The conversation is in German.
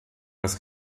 als